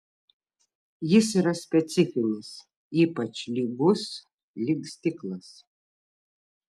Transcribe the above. jis yra specifinis ypač lygus lyg stiklas